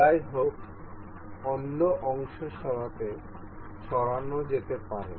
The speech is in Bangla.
যাইহোক অন্যান্য অংশ সরানো যেতে পারে